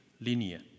linear